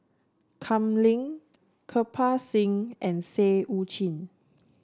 Kam Ning Kirpal Singh and Seah Eu Chin